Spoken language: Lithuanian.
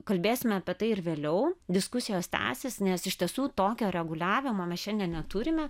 kalbėsime apie tai ir vėliau diskusijos tęsis nes iš tiesų tokio reguliavimo mes šiandien neturime